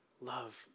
love